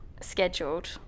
scheduled